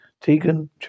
Tegan